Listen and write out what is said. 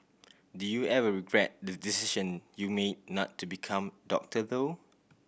do you ever regret the decision you made not to become doctor though